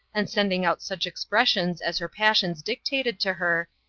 and sending out such expressions as her passions dictated to her,